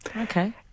Okay